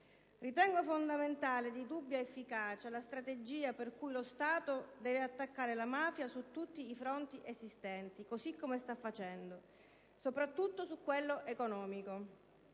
Ritengo fondamentale e di indubbia efficacia la strategia per cui lo Stato deve attaccare la mafia su tutti i fronti esistenti così come sta facendo, soprattutto su quello economico.